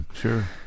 Sure